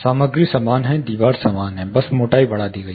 सामग्री समान है दीवार समान है बस मोटाई बढ़ गई है